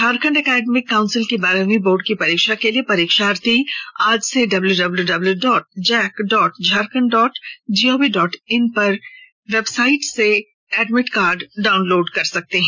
Jharkhand academic council की बारहवीं board की परीक्षा के लिए परीक्षार्थी आज से W W W dot JAC dot Jharkhand dot G O V dot in website से एडमिट कार्ड को डाउनलोड कर सकते हैं